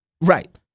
Right